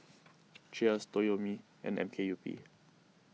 Cheers Toyomi and M K U P